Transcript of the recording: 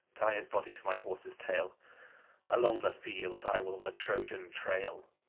tie his body to my horse's tail along the field i will the troyan trail.